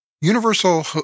Universal